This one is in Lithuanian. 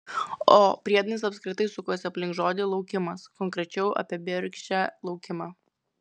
o priedainis apskritai sukosi aplink žodį laukimas konkrečiau apie bergždžią laukimą